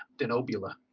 denobula